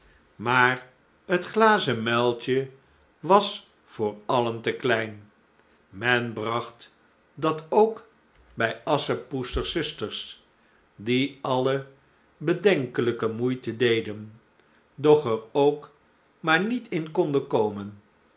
maar t glazen muiltje was voor allen te klein men bragt dat ook bij asschepoesters zusters die alle bedenkelijke moeite deden doch er ook maar niet in konden komen